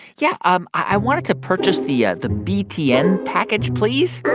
yeah, um i wanted to purchase the yeah the btn package, please